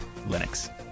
Linux